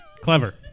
Clever